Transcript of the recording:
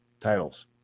titles